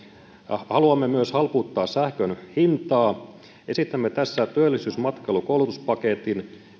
haluamme myös halpuuttaa sähkön hintaa esitämme tässä työllisyys matkailu ja koulutuspaketin